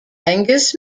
angus